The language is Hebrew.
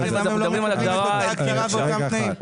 אז למה הם לא מקבלים את אותה הגדרה ואותם תנאים?